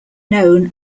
known